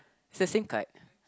is the same card